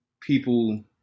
people